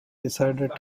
decided